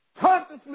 Consciously